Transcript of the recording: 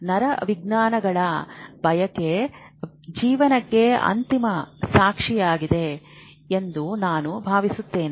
ನರವಿಜ್ಞಾನಿಗಳ ಬಯಕೆ ಜೀವನಕ್ಕೆ ಅಂತಿಮ ಸಾಕ್ಷಿಯಾಗಿದೆ ಎಂದು ನಾನು ಭಾವಿಸುತ್ತೇನೆ